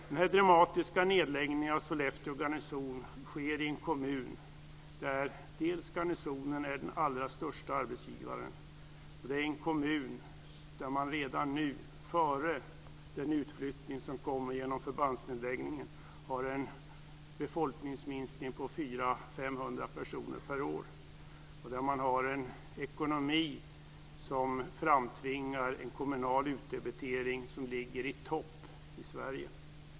Den här dramatiska nedläggningen av Sollefteå garnison sker i en kommun där garnisonen är den allra största arbetsgivaren, där man redan nu, före den utflyttning som kommer genom förbandsnedläggningen, har en befolkningsminskning på 400-500 personer per år, och där man har en ekonomi som framtvingar en kommunal utdebitering som ligger i topp i Sverige.